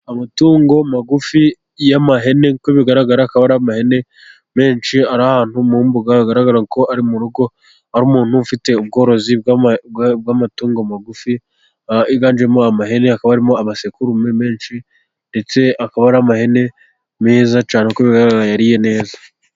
Amatungo magufi y'amahene, nk'uko bigaragara akaba ari amahene menshi ari ahantu mu mbuga, hagaragara ko ari mu rugo hari umuntu ufite ubworozi bw'amatungo magufi, yiganjemo amahene hakaba harimo amasekurume menshi ndetse akaba ari amahene meza cyane kuko bigaragara yariye neza.